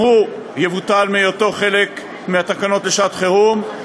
יבוטל גם הוא מהיות חלק מהתקנות לשעת-חירום,